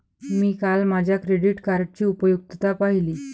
मी काल माझ्या क्रेडिट कार्डची उपयुक्तता पाहिली